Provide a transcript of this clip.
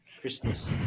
Christmas